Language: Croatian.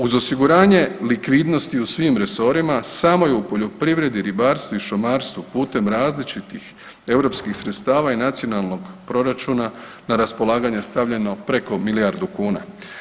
Uz osiguranje likvidnosti u svim resorima, samo je u poljoprivredi, ribarstvu i šumarstvu putem različitih sredstava i nacionalnog proračuna na raspolaganje stavljeno preko milijardu kuna.